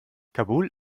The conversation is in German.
kabul